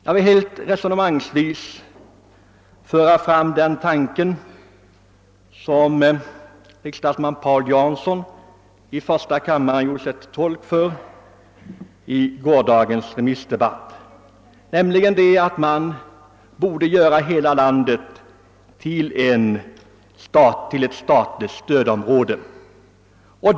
Jag vill resonemangsvis där föra fram den tanke, som riksdagsman Paul Jansson i första kammaren gjorde sig till tolk för under gårdagens debatt, nämligen att man borde göra hela landet till ett stödområde.